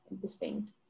distinct